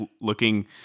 looking